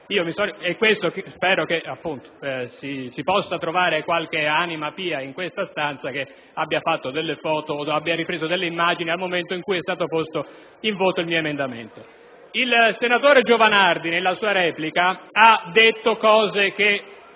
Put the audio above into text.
parere. Spero che si possa trovare qualche anima pia in quest'Aula che abbia fatto delle foto o abbia ripreso delle immagini nel momento in cui è stato posto ai voti il mio emendamento. Il senatore Giovanardi nella sua replica ha detto cose